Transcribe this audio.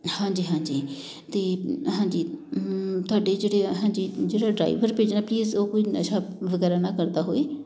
ਹਾਂਜੀ ਹਾਂਜੀ ਅਤੇ ਹਾਂਜੀ ਤੁਹਾਡੇ ਜਿਹੜੇ ਹਾਂਜੀ ਜਿਹੜਾ ਡਰਾਈਵਰ ਭੇਜਣਾ ਪਲੀਜ਼ ਉਹ ਕੋਈ ਨਸ਼ਾ ਵਗੈਰਾ ਨਾ ਕਰਦਾ ਹੋਏ